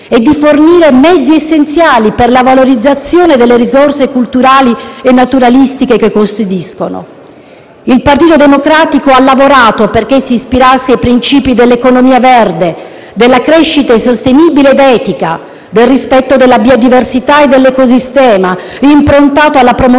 e di fornire mezzi essenziali per la valorizzazione delle risorse culturali e naturalistiche che custodiscono. Il Partito Democratico ha lavorato perché si ispirasse ai princìpi dell'economia verde, della crescita sostenibile ed etica, del rispetto della biodiversità e dell'ecosistema, improntato alla promozione